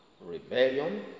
rebellion